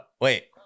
Wait